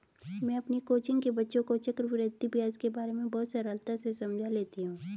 मैं अपनी कोचिंग के बच्चों को चक्रवृद्धि ब्याज के बारे में बहुत सरलता से समझा लेती हूं